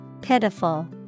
pitiful